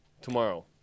tomorrow